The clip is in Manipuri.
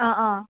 ꯑꯥ ꯑꯥ